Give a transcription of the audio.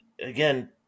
again